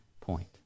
point